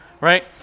right